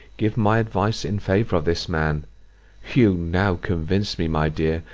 give my advice in favour of this man you now convince me, my dear,